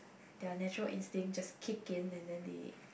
their nature instinct just keep gain and then the